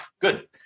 good